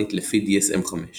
היפומאנית לפי DSM 5